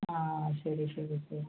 ആ ആ ശരി ശരി ശരി